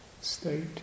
state